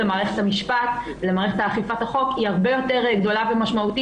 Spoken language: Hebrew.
למי שעוברת אותו מולכן,